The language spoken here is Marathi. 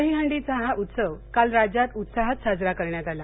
दहीहंडीचा हा उत्सव काल राज्यात उत्साहात साजरा करण्यात आला